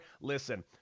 Listen